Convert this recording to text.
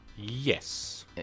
Yes